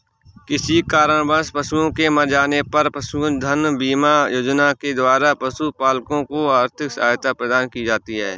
किसी कारणवश पशुओं के मर जाने पर पशुधन बीमा योजना के द्वारा पशुपालकों को आर्थिक सहायता प्रदान की जाती है